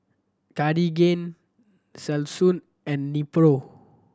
Cartigain Selsun and Nepro